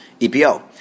EPO